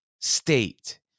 state